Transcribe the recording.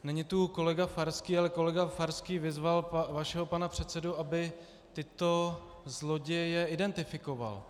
Není tu kolega Farský, ale kolega Farský vyzval vašeho pana předsedu, aby tyto zloděje identifikoval.